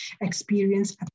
experience